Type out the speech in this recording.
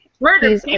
Murder